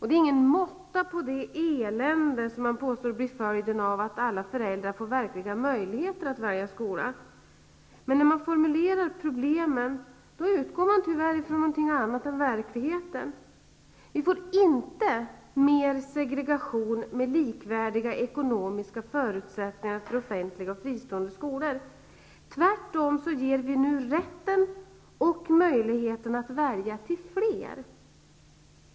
Det är ingen måtta på det elände som man påstår blir följden av att alla föräldrar får verkliga möjligheter att välja skola. Men när man formulerar problemen utgår man tyvärr ifrån någonting annat än verkligheten. Vi får inte mer segregation med likvärdiga ekonomiska förutsättningar för offentliga och fristående skolor. Tvärtom ger vi nu rätten och möjligheten att välja till fler.